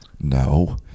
No